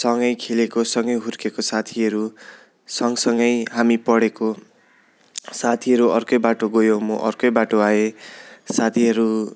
सँगै खेलेको सँगै हुर्केको साथीहरू सँगसँगै हामी पढेको साथीहरू अर्कै बाटो गयो म अर्कै बाटो आएँ साथीहरू